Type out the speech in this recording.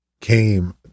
came